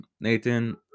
Nathan